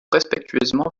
respectueusement